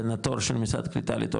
בין התור של משרד הקליטה,